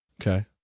Okay